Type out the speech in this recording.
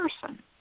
person